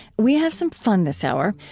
we have some fun this hour.